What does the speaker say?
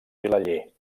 vilaller